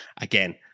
again